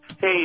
Hey